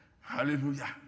Hallelujah